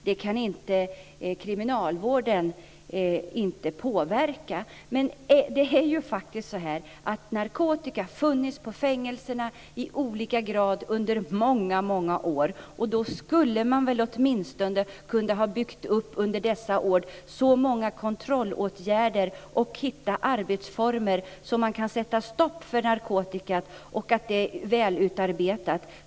Men narkotika har faktiskt funnits på fängelserna i olika grad under många år. Under dessa år skulle man väl åtminstone ha kunnat bygga upp många kontrollåtgärder och utarbetat väl fungerande arbetsformer för att sätta stopp för narkotikan.